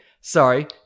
sorry